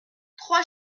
trois